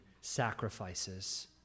sacrifices